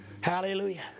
Hallelujah